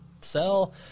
sell